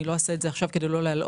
אני לא אעשה את זה עכשיו כדי לא להלאות.